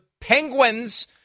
Penguins